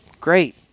great